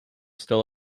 still